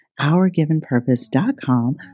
OurGivenPurpose.com